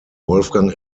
wolfgang